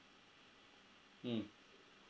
mm